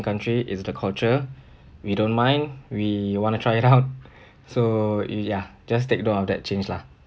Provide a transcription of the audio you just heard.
country is the culture we don't mind we wanna try it out so ya just take note of that change lah